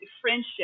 friendship